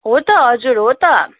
हो त हजुर हो त